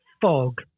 fog